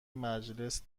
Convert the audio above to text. مجلس